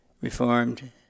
Reformed